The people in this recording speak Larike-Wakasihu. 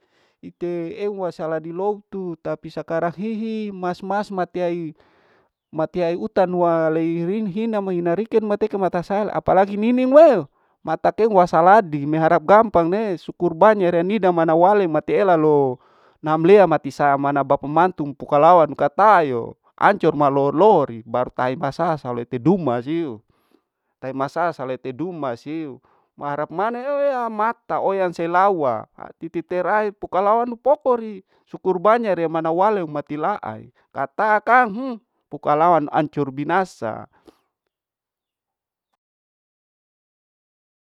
Ite eu wasaladi loutu tapi sakarang hihi mas mas matiai matiai utanu wa lei rin hina mei nariken mateeke mata sala aoalagi miminloel tatehua wasaladi me harap gampang ne sukur banya reanida manawale mati elalo namlea mati sa mana bapa mantu kukalawan katayo ancor ma loloori baru tai ta asa lete duma siu, mau harap mana eweya mata onya selawa'aa ite terai pokalawanu pokori, sukur banya riya manawaleu mati laae kataakang hmm pkalawan ancor binasa.